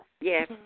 Yes